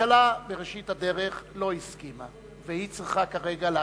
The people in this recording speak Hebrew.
הממשלה בראשית הדרך לא הסכימה והיא צריכה כרגע להשיב,